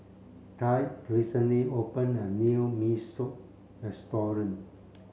Tre recently opened a new Mee Soto restaurant